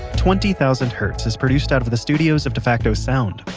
twenty thousand hertz is produced out of the studios of defacto sound.